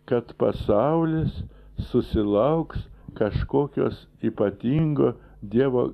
kad pasaulis susilauks kažkokios ypatingo dievo